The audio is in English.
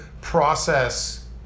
process